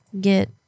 get